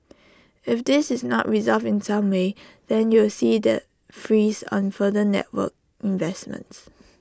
if this is not resolved in some way then you'll see the freeze on further network investments